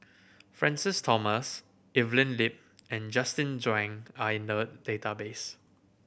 Francis Thomas Evelyn Lip and Justin Zhuang are in the database